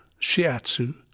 shiatsu